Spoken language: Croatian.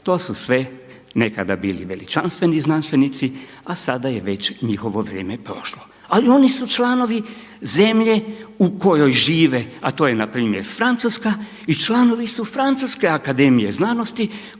to su sve nekada bili veličanstveni znanstvenici a sada je već njihovo vrijeme prošlo. Ali oni su članovi zemlje u kojoj žive a to je npr. Francuska i članovi su Francuske akademije znanosti